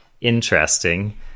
interesting